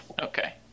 Okay